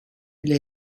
bile